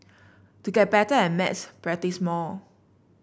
to get better at maths practise more